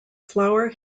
flower